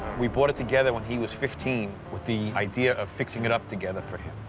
we bought it together when he was fifteen, with the idea of fixing it up together for him.